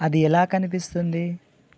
అది ఎలా కనిపిస్తుంది